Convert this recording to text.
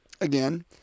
again